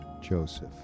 Joseph